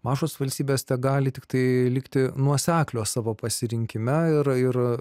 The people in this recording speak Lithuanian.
mažos valstybės tegali tiktai likti nuoseklios savo pasirinkime yra ir